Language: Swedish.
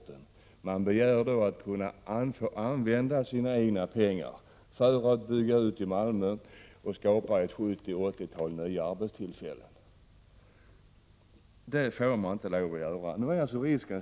Företaget har begärt att få använda sina egna pengar för att bygga ut i Malmö och skapa 70-80 nya arbetstillfällen. Svaret på denna begäran är nej.